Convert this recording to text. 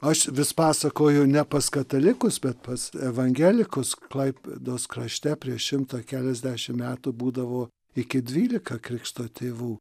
aš vis pasakoju ne pas katalikus bet pas evangelikus klaipėdos krašte prieš šimtą keliasdešim metų būdavo iki dvylika krikšto tėvų